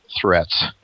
threats